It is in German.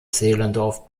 zehlendorf